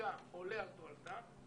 שנזקה עולה על תועלתה.